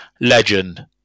legend